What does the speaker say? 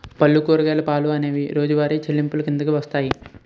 పళ్ళు కూరగాయలు పాలు అనేవి రోజువారి చెల్లింపులు కిందకు వస్తాయి